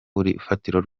urufatiro